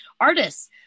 artists